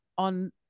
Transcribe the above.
On